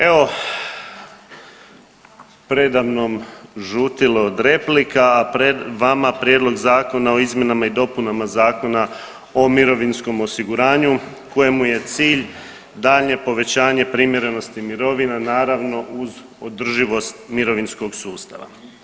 Evo preda mnom žutilo od replika, a pred vama Prijedlog zakona o izmjenama i dopunama Zakona o mirovinskom osiguranju kojemu je cilj daljnje povećanje primjerenosti mirovina naravno uz održivost mirovinskog sustava.